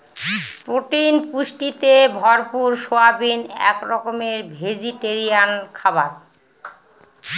protein পুষ্টিতে ভরপুর soybean এক রকমের ভেজিটেরিয়ান খাবার